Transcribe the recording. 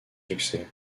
succès